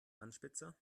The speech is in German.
anspitzer